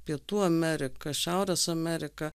pietų amerika šiaurės amerika